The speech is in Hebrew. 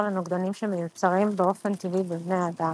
לנוגדנים שמיוצרים באופן טבעי בבני אדם.